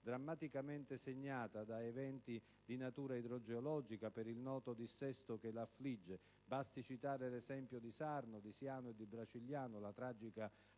drammaticamente segnata da eventi di natura idrogeologica per il noto dissesto che la affligge. Basti citare l'esempio di Sarno, di Siano e di Bracigliano, la tragica